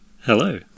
Hello